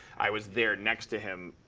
i was there next to him,